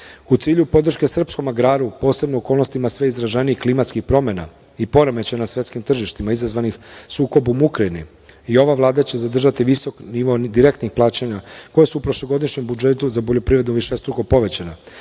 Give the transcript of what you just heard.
cilju podrške srpskom agraru, posebno u okolnostima sve izraženijih klimatskih promena i poremećaja na svetskim tržištima, izazvanih sukobom u Ukrajini, i ova Vlada će zadržati visok nivo direktnih plaćanja, koja su u prošlogodišnjem budžetu za poljoprivredu višestruko povećana.